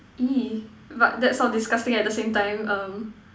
!ee! but that sounds disgusting at the same time um